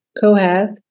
Kohath